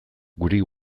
guri